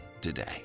today